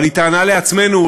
אבל היא טענה לעצמנו,